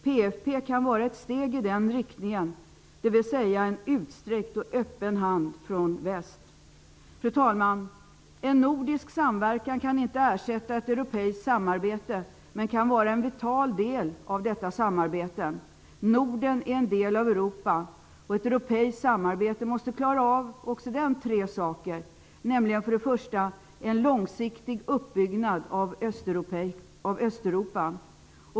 PFP kan vara ett steg i denna riktning, dvs. en utsträckt och öppen hand från väst. Fru talman! En nordisk samverkan kan inte ersätta ett europeiskt samarbete men kan vara en vital del av detta samarbete. Norden är en del av Europa. Ett europeiskt samarbete måste klara av tre saker. För det första: En långsiktig uppbyggnad av Östeuropa.